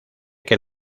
que